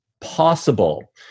possible